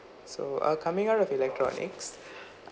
so uh coming out of electronics